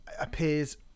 appears